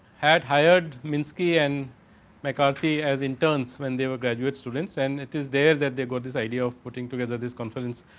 had hired minsky and the mccarthy as in terns when they were graduate students. and it is they are that they got this idea of floating together this conference,